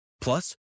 Plus